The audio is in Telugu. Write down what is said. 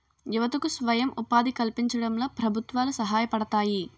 యువతకు స్వయం ఉపాధి కల్పించడంలో ప్రభుత్వాలు సహాయపడతాయి